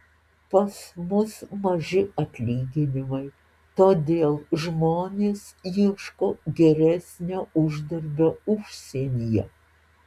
pas mus maži atlyginimai todėl žmonės ieško geresnio uždarbio užsienyje